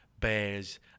bears